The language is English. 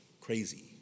crazy